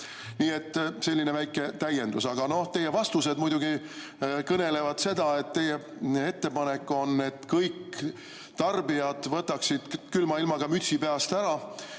võtnud. Selline väike täiendus. Teie vastused muidugi kõnelevad seda, et teie ettepanek on, et kõik tarbijad võtaksid külma ilmaga mütsi peast ära